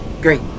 Great